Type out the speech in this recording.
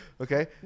Okay